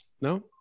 no